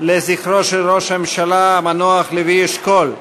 לזכרו של ראש הממשלה המנוח לוי אשכול.